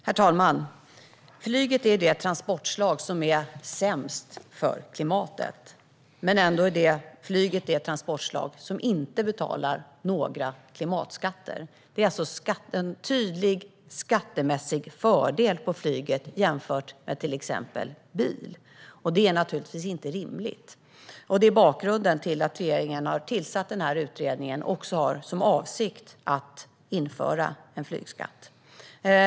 Herr talman! Flyget är det transportslag som är sämst för klimatet, men ändå är flyget det transportslag som inte betalar några klimatskatter. Det är en tydlig skattemässig fördel för flyget jämfört med till exempel bil. Det är naturligtvis inte rimligt. Det är bakgrunden till att regeringen har tillsatt utredningen och har som avsikt att införa en flygskatt.